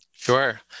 Sure